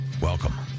Welcome